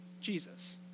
Jesus